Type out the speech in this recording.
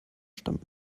stammen